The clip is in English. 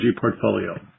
portfolio